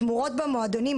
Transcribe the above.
תמורות במועדונים.